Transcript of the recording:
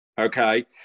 Okay